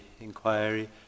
inquiry